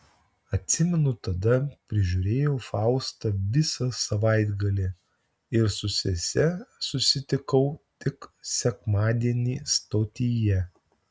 atsimenu tada prižiūrėjau faustą visą savaitgalį ir su sese susitikau tik sekmadienį stotyje